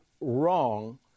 wrong